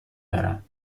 دارم